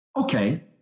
Okay